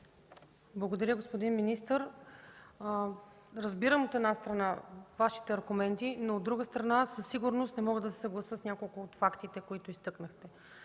Благодаря, господин министър. Разбирам, от една страна, Вашите аргументи, но, от друга страна, със сигурност не мога да се съглася с няколко от фактите, които изтъкнахте.